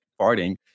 farting